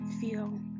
feel